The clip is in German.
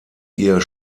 ihr